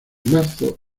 marzo